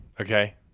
okay